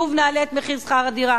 שוב נעלה את מחיר שכר הדירה?